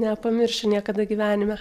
nepamiršiu niekada gyvenime